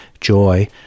joy